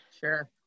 sure